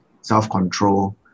self-control